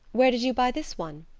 where did you buy this one?